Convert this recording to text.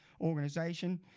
organization